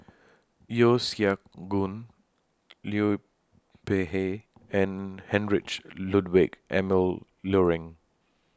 Yeo Siak Goon Liu Peihe and Heinrich Ludwig Emil Luering